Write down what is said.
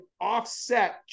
offset